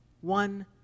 one